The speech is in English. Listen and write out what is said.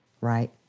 right